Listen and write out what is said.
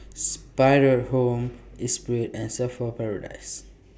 SPRING Home Esprit and Surfer's Paradise